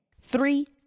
three